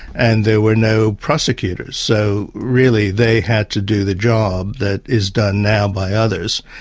and there were no prosecutors. so really they had to do the job that is done now by others.